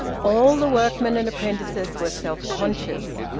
all the workmen and apprentices were self-conscious.